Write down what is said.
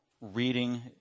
reading